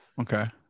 Okay